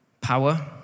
Power